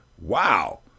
wow